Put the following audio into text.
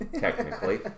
Technically